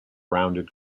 rounded